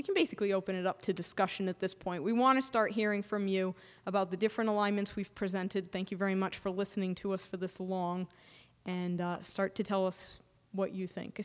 we can basically open it up to discussion at this point we want to start hearing from you about the different alignments we've presented thank you very much for listening to us for this long and start to tell us what you think